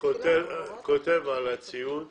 אני לא כותב שום דבר.